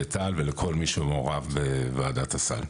לטל ולכל מי שמעורב בוועדת הסל.